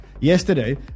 yesterday